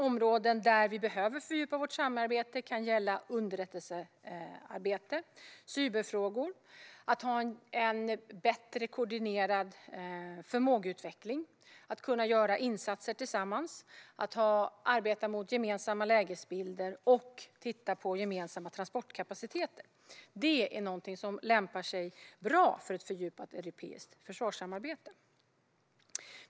Områden där vi behöver fördjupa vårt samarbete kan gälla underrättelsearbete, cyberfrågor, att ha en bättre koordinerad förmågeutveckling, att kunna göra insatser tillsammans, att arbeta mot gemensamma lägesbilder och att titta på gemensam transportkapacitet. De lämpar sig bra för ett fördjupat europeiskt försvarssamarbete.